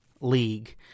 league